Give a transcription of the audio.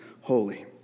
holy